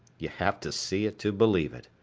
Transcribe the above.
you have to see it to believe it.